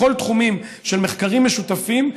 בכל התחומים של מחקרים משותפים,